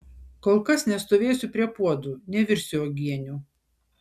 kol kas nestovėsiu prie puodų nevirsiu uogienių